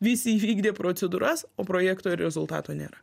visi įvykdė procedūras o projekto ir rezultato nėra